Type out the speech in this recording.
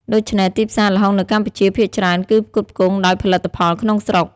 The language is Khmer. ដូច្នេះ ទីផ្សារល្ហុងនៅកម្ពុជាភាគច្រើនគឺផ្គត់ផ្គង់ដោយផលិតផលក្នុងស្រុក។